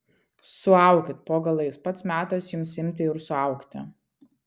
suaukit po galais pats metas jums imti ir suaugti